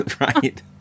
Right